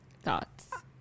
thoughts